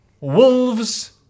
Wolves